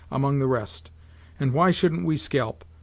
among the rest and why shouldn't we scalp?